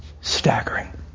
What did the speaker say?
staggering